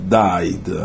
died